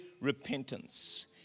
repentance